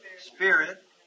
Spirit